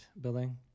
building